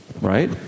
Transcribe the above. Right